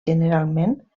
generalment